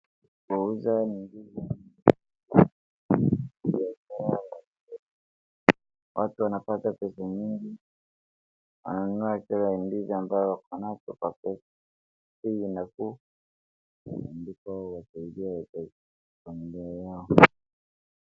Mauzo ya ndizii ni biashara na watu wanapata pesa nyingi, wananunua kila aina ya ndizi ambayo ukonayo kwa soko. Hii inakuwa inawasaidie familia yao.